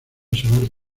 solar